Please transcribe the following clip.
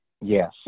yes